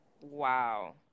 Wow